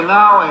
now